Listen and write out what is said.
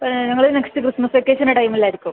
ഞങ്ങള് next Christmas വെക്കേഷൻ്റെ ടൈമിൽ ആയിരിക്കും